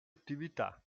attività